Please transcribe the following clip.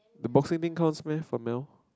the boxing thing counts meh for male